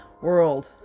world